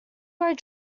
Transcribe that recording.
great